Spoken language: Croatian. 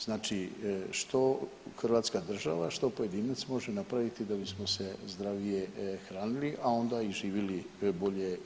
Znači što Hrvatska država, što pojedinac može napraviti da bismo se zdravije hranili, a onda i živjeli bolje i ugodnije?